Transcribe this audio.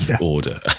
order